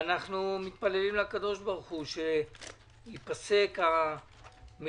אנחנו מתפללים לקדוש ברוך הוא שתיפסק המלחמה,